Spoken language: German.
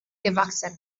gewachsen